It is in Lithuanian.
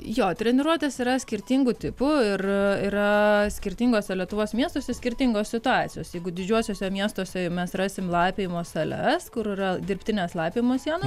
jo treniruotės yra skirtingų tipų ir yra skirtinguose lietuvos miestuose skirtingos situacijos jeigu didžiuosiuose miestuose mes rasime laipiojimo sales kur yra dirbtinės laipiojimo sienos